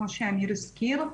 כמו שאמיר הזכיר.